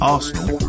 Arsenal